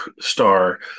star